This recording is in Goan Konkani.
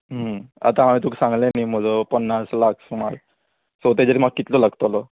आतां हांवें तुका सांगलें न्ही म्हजो पन्नास लाख सुमार सो तेजेर म्हाका कितलो लागतलो